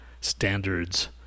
standards